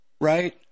right